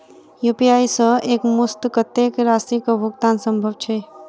UPI सऽ एक मुस्त कत्तेक राशि कऽ भुगतान सम्भव छई?